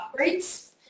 upgrades